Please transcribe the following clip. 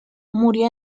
murió